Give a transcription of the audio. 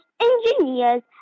engineers